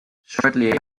shortly